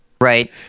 right